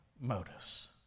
motives